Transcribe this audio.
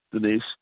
Denise